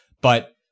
but-